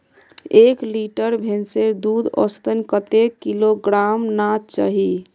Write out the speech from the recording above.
एक लीटर भैंसेर दूध औसतन कतेक किलोग्होराम ना चही?